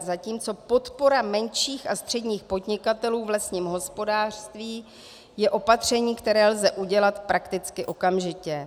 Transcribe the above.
Zatímco podpora menších a středních podnikatelů v lesním hospodářství je opatření, které lze udělat prakticky okamžitě.